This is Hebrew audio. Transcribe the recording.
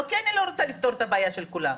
לא כי אני לא רוצה לפתור את הבעיה של כולם,